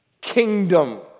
kingdom